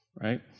right